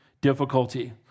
difficulty